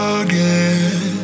again